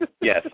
Yes